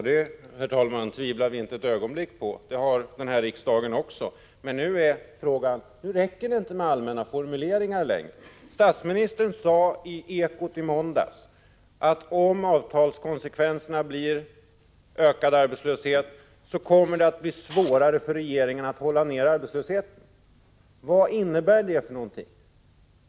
Herr talman! Det tvivlar vi inte ett ögonblick på — och ett sådant ansvar har den här riksdagen också. Men nu räcker det inte med allmänna formuleringar längre. Statsministern sade i Ekot i måndags att om avtalskonsekvenserna blir ökad arbetslöshet, kommer det att bli svårare för regeringen att hålla nere arbetslösheten: Vad innebär det?